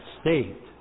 state